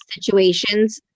situations